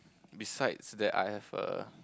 besides that I have a